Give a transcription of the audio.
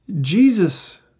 Jesus